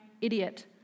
idiot